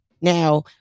Now